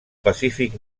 pacífic